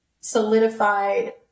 solidified